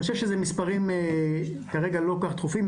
אני חושב שאלה מספרים כרגע לא כל כך דחופים.